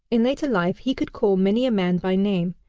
in later life he could call many a man by name,